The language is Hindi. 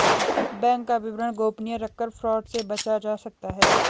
बैंक का विवरण गोपनीय रखकर फ्रॉड से बचा जा सकता है